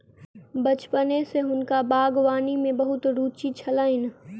बचपने सॅ हुनका बागवानी में बहुत रूचि छलैन